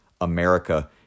America